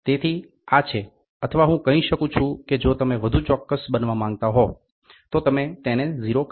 તેથી આ છે અથવા હું કહી શકું છું કે જો તમે વધુ ચોક્કસ બનવા માંગતા હો તો તમે તેને 0 કહી શકો